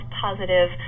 positive